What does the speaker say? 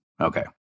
Okay